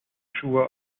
schuhe